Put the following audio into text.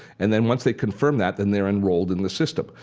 and then once they confirm that, then they're enrolled in the system.